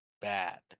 bad